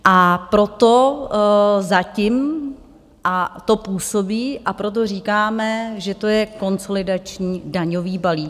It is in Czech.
A proto zatím to působí a proto říkáme, že to je konsolidační daňový balíček.